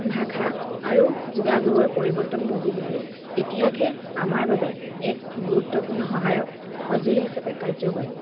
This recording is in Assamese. ভাষা আৰু যোগাযোগৰ পৰিৱৰ্তন বুজিবলৈ ইতিহাসে আমাৰ বাবে এক গুৰুত্বপূৰ্ণ সহায়ক সঁজুলি হিচাপে কাৰ্য কৰে